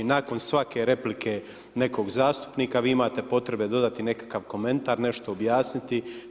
Nakon svake replike nekog zastupnika, vi imate potrebe dodati nekakav komentar, nešto objasniti.